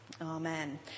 Amen